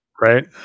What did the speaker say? Right